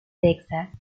texas